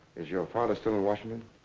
is your father still in washington?